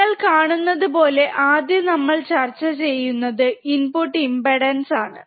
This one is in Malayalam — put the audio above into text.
നിങ്ങൾ കാണുന്നതുപോലെ ആദ്യം നമ്മൾ ചർച്ച ചെയ്യുന്നത് ഇൻപുട് ഇമ്പ്പെടാൻസ് ആണ്